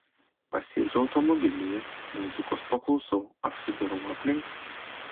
pasėdžiu automobilyje muzikos paklausau apsidairau aplink